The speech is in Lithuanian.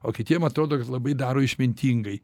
o kitiems atrodo kad labai daro išmintingai